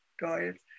diet